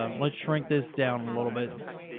ah let's shrink this down a little bit.